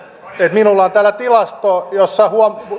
minulla on täällä tilasto